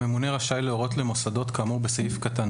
הממונה רשאי להורות למוסדות כאמור בסעיף קטן